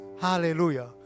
Hallelujah